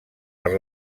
per